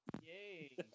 yay